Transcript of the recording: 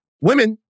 Women